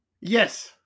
Yes